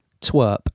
Twerp